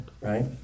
right